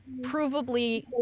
provably